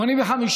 נתקבל.